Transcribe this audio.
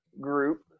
group